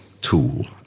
tool